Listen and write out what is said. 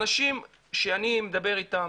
אנשים שאני מדבר איתם